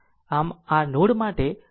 આમ આ નોડ માટે આ r KCL છે